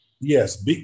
Yes